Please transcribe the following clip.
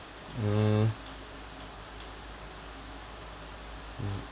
mm mm